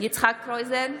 יצחק קרויזר,